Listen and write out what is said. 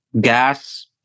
gas